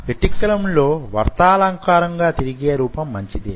reticulum లో వర్తులాకారంగా తిరిగే రూపం మంచిదే